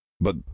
But-